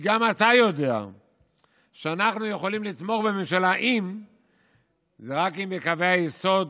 גם אתה יודע שאנחנו יכולים לתמוך בממשלה רק אם בקווי היסוד